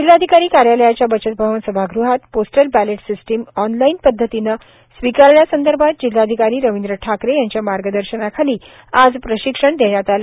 जिल्हाधिकारी कार्यालयाच्या बचत भवन सभागृहात पोस्टल बॅलेट सिस्टीम ऑनलाईन पध्दतीने स्विकारण्यासंदर्भात जिल्हाधिकारी रविंद्र ठाकरे यांच्या मार्गदर्शनाखाली आज प्रशिक्षण देण्यात आले